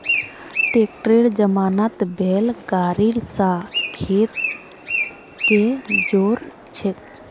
ट्रैक्टरेर जमानात बैल गाड़ी स खेत के जोत छेक